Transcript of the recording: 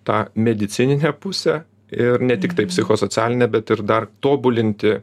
tą medicininę pusę ir ne tiktai psichosocialinę bet ir dar tobulinti